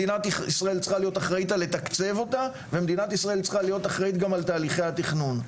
והיא צריכה להיות אחראית על תקצובה ועל תהליכי התכנון.